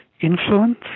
influence